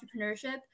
entrepreneurship